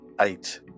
eight